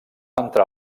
entrar